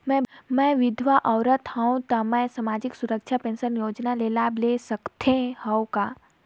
मैं विधवा औरत हवं त मै समाजिक सुरक्षा पेंशन योजना ले लाभ ले सकथे हव का?